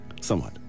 somewhat